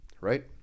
Right